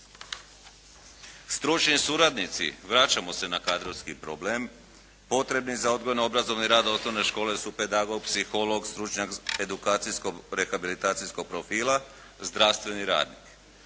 stručni suradnici, vraćamo se na kadrovski problem, potrebni za odgojno-obrazovni rad osnovne škole su pedagog, psiholog, stručnjak edukacijsko-rehabilitacijskog profila, zdravstveni radnik.